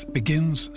begins